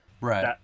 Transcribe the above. Right